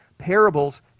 parables